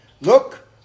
Look